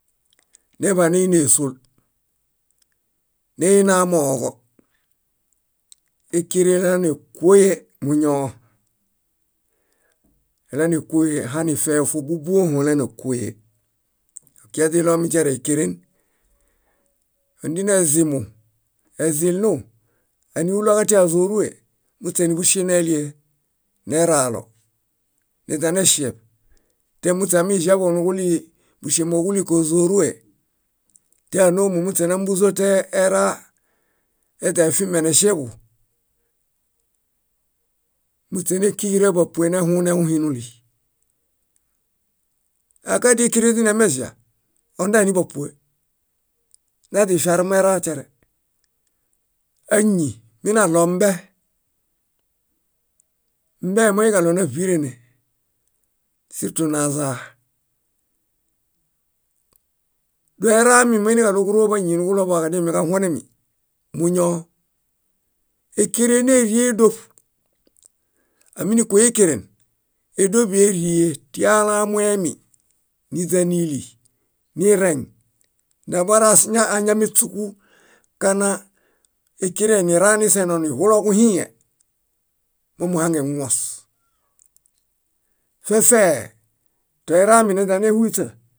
. Naḃaneini ésuol, neini amooġo. Ékeren élanekuoye, muñoo. Élanekuoye hani feho fóbubuõho olanokuoye. Okiaźiɭomi tiare ékeren, ondinezimu, ezĩlu, ánihuloġatia ázorue, muśe níḃuŝeno elie. Neralo, neźaneŝieṗ temuśeamiĵaḃuġo nuġuɭii búŝembo niġulii kózorue téanoomumuśenamubuzo toera eźaefimen eŝieḃu, muśe nékiġuraḃapue nehuneu hinuli. Aaka dékere źinilemeĵa, ondae níḃapue. Naźifiarumeratiare. Áñi minaɭombe. Mbe moiniġaɭo náḃirene, surtu nazaa. Bierami muiniġaɭoġoro báñi niġuɭoḃuġo kadiaminiġahuenemi, muñuo. Ékeren nériedoṗ. Áminikuoyekeren, édoḃi érie: tíi alamuemi, níźanili, nireŋ nabaras ñoo áñameśuku kana ékerẽhe niraniseeno nihuloġuhĩĩhe, momuhaŋeŋuos. Fefee, toerami néźanehuśa